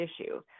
issue